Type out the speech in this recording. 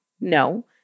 no